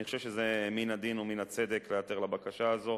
אני חושב שמן הדין ומן הצדק להיעתר לבקשה הזאת.